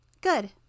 Good